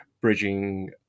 bridging